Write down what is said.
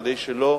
כדי שלא